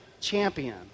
champion